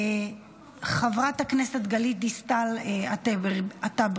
חברת הכנסת גלית דיסטל אטבריאן,